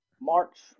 March